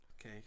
okay